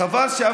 חבר הכנסת שלמה